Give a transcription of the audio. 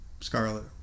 Scarlet